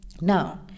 Now